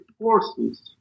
forces